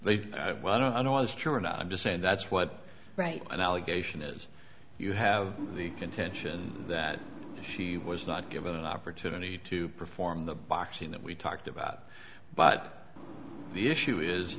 they've well i don't know what is true or not i'm just saying that's what right and allegation is you have the contention that she was not given an opportunity to perform the boxing that we talked about but the issue is